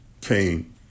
came